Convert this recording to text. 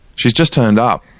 she's just turned up.